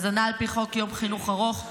הזנה על פי חוק יום חינוך ארוך,